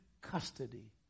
custody